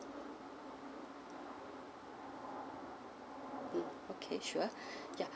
mm okay sure ya